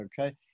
okay